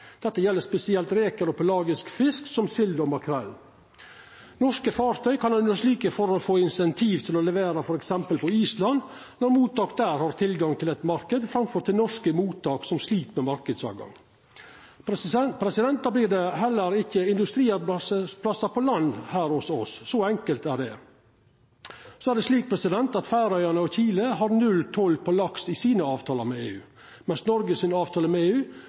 Dette gjeld spesielt reker og pelagisk fisk som sild og makrell. Norske fartøy kan under slike forhold få incentiv til å levera f.eks. på Island når mottak der har tilgang til ein marknad, framfor til norske mottak som slit med marknadstilgang. Då vert det heller ikkje industriarbeidsplassar på land her hos oss – så enkelt er det. Så er det slik at Færøyane og Chile har nulltoll på laks i sine avtalar med EU, mens Noregs avtale med EU